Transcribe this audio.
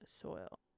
soil